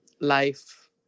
life